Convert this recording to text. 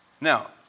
Now